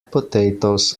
potatoes